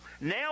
now